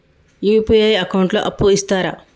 UPI account లో అప్పు ఇస్తరా?